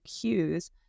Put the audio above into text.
cues